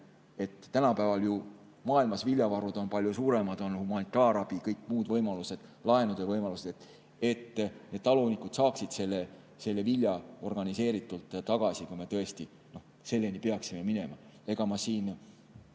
– tänapäeval on maailmas viljavarud ju palju suuremad, on humanitaarabi, kõik muud võimalused, laenude võimalused –, et talunikud saaksid selle vilja organiseeritult tagasi, kui me tõesti selleni peaksime jõudma. Ega ma siin